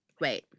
wait